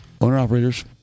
Owner-operators